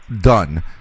done